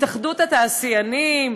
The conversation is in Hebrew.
התאחדות התעשיינים,